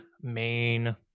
main